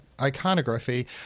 iconography